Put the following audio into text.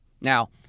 Now